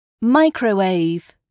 microwave